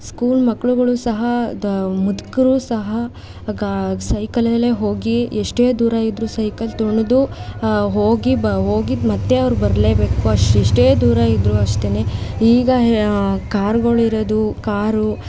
school ಮಕ್ಕಳುಗಳೂ ಸಹ ದ ಮುದುಕ್ರೂ ಸಹ ಆಗ ಸೈಕಲಲ್ಲೇ ಹೋಗಿ ಎಷ್ಟೇ ದೂರ ಇದ್ರೂ ಸೈಕಲ್ ತುಳಿದು ಹೋಗಿ ಬ ಹೋಗಿ ಮತ್ತು ಅವ್ರು ಬರಲೇಬೇಕು ಅಷ್ಟು ಎಷ್ಟೇ ದೂರ ಇದ್ದರು ಅಷ್ಟೇನೆ ಈಗ ಕಾರ್ಗಳಿರೋದು ಕಾರು